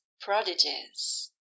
prodigies